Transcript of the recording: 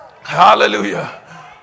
hallelujah